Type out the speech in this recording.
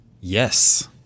Yes